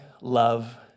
love